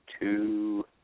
two